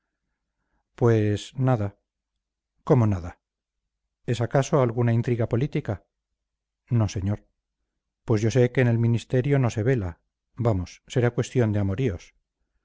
pues nada cómo nada es acaso alguna intriga política no señor pues yo sé que en el ministerio no se vela vamos será cuestión de amoríos